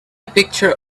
picture